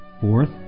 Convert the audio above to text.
Fourth